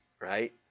right